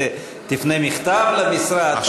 תפנה מכתב למשרד,